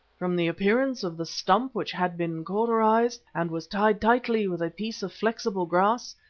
from the appearance of the stump which had been cauterized and was tied tightly with a piece of flexible grass,